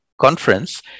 Conference